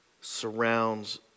surrounds